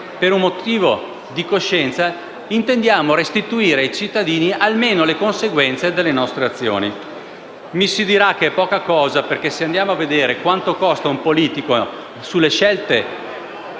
per un motivo di coscienza, intendiamo restituire ai cittadini almeno le conseguenze delle nostre azioni. Mi si dirà che è poca cosa perché, se andiamo a vedere quanto costa un politico per le scelte